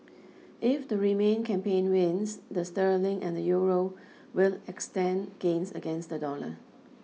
if the remain campaign wins the sterling and Euro will extend gains against the dollar